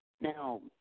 Now